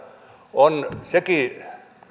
on sekin